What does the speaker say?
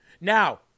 Now